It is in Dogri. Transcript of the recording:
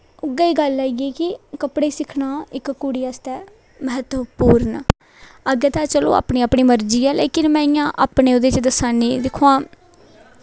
उ'ऐ गल्ल आई गेई कि कपड़े सिक्खना इक कुड़ी आस्तै म्हत्तवपूर्ण अग्गें ते चलो अपनी अपनी मर्जी ऐ लेकिन में इ'यां अपने ओह्दे च दस्सा करनी इ'यां दिक्खो आं